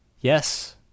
Yes